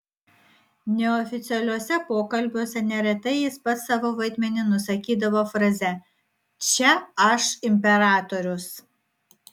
neoficialiuose pokalbiuose neretai jis pats savo vaidmenį nusakydavo fraze čia aš imperatorius